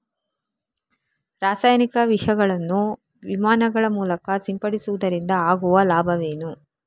ರಾಸಾಯನಿಕ ವಿಷಗಳನ್ನು ವಿಮಾನಗಳ ಮೂಲಕ ಸಿಂಪಡಿಸುವುದರಿಂದ ಆಗುವ ಲಾಭವೇನು?